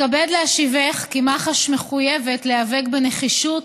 אתכבד להשיבך כי מח"ש מחויבת להיאבק בנחישות